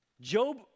Job